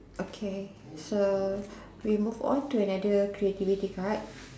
okay so we move on to another creativity card